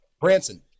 branson